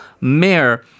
mayor